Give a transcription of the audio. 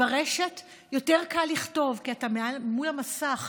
ברשת יותר קל לכתוב, כי אתה מול המסך,